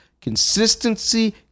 consistency